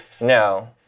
No